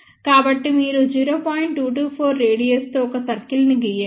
224 radius తో ఒక circle ని గీయండి